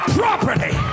property